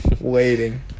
Waiting